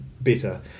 better